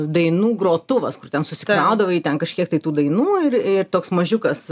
dainų grotuvas kur ten susikraudavai ten kažkiek tai tų dainų ir ir toks mažiukas